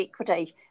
equity